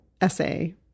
essay